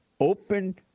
open—